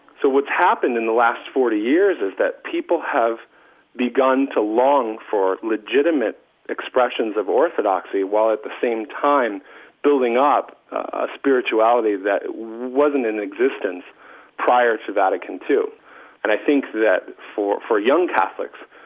so what's happened in the last forty years is that people have begun to long for legitimate expressions of orthodoxy, while at the same time building up a spirituality that wasn't in existence prior to vatican ii and i think that for for young catholics,